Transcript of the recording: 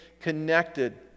connected